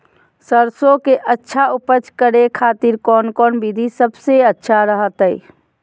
सरसों के अच्छा उपज करे खातिर कौन कौन विधि सबसे अच्छा रहतय?